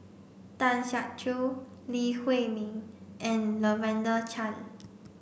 Tan Siak Kew Lee Huei Min and Lavender Chang